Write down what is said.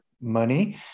money